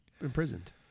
imprisoned